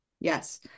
Yes